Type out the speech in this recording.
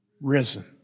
risen